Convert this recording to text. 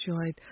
enjoyed